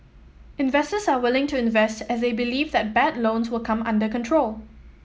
investors are willing to invest as they believe that bad loans will come under control